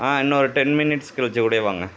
ஆ இன்னொரு ten minutes கழிச்சு கூடையே வாங்க